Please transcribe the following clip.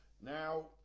Now